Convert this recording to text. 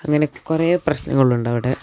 അങ്ങനെ കുറേ പ്രശ്നങ്ങളുണ്ടവിടെ